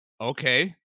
okay